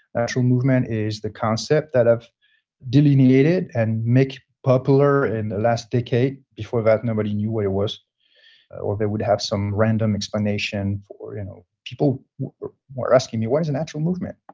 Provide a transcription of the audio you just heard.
natural movement is the concept that i have delineated and make popular in the last decade. before that nobody knew what it was or they would have some random explanation for you know people were asking me, what is natural movement.